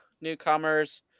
newcomers